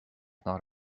not